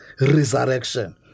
resurrection